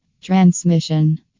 Transmission